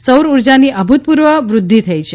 સૌર ઊર્જાની અભૂતપૂર્વ વૃદ્ધિ થઈ છે